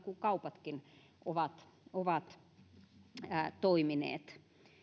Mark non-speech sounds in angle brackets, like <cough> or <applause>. <unintelligible> kuin kaupatkin ovat ovat toimineet